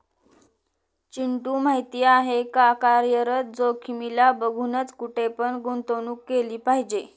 चिंटू माहिती आहे का? कार्यरत जोखीमीला बघूनच, कुठे पण गुंतवणूक केली पाहिजे